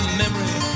memory